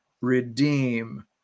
redeem